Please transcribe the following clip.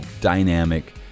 dynamic